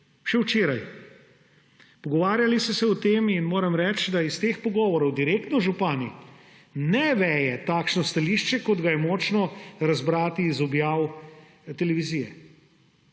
še včeraj. Pogovarjali so se o tem in moram reči, da iz teh pogovorov direktno z župani ne veje takšno stališče, kot ga je možno razbrati iz objav televizije.